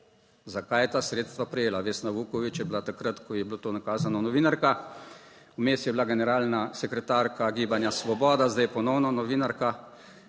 Zakaj je ta sredstva prejela? Vesna Vuković je bila takrat, ko je bilo to nakazano, novinarka, vmes je bila generalna sekretarka Gibanja Svoboda, zdaj ponovno novinarka